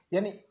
Yani